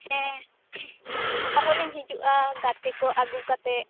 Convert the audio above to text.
ᱦᱮᱸ ᱟᱨᱦᱚᱸᱞᱤᱧ ᱦᱤᱡᱩᱜ ᱟ ᱜᱟᱛᱮ ᱠᱚ ᱟᱹᱜᱩ ᱠᱟᱛᱮᱫ